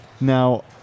Now